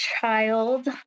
child